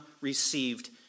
received